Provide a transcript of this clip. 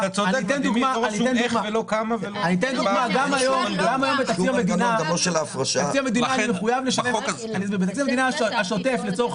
גם היום בתקציב המדינה השוטף לצורך